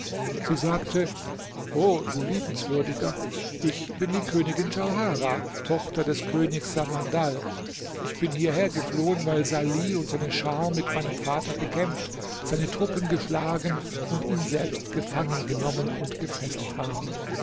sie sagte o du liebenswürdiger ich bin die königin djauharah tochter des königs samandal ich bin hierher geflohen weil salih und seine schar mit meinem vater gekämpft seine truppen geschlagen und ihn selbst gefangen genommen und gefesselt haben